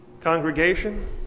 congregation